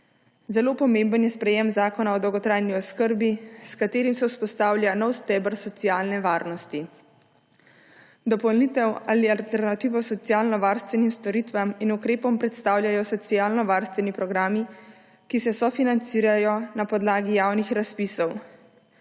Zelo pomembno je sprejetje Zakona o dolgotrajni oskrbi, s katerim se vzpostavlja nov steber socialne varnosti. Dopolnitev ali alternativo socialnovarstvenim storitvam in ukrepom predstavljajo socialnovarstveni programi, ki se sofinancirajo na podlagi javnih razpisov.